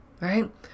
Right